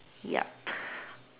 yup